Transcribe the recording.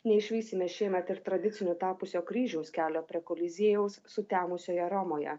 neišvysime šiemet ir tradiciniu tapusio kryžiaus kelio prie koliziejaus sutemusioje romoje